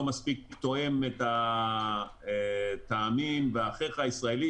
לא מספיק תואם את הטעמים בחך הישראלי,